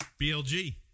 BLG